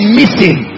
missing